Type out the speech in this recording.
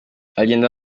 agenda